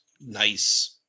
nice